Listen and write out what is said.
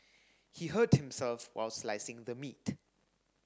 he hurt himself while slicing the meat